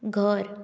घर